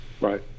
Right